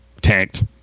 tanked